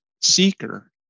seeker